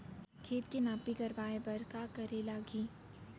खेत के नापी करवाये बर का करे लागही?